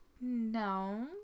no